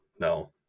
no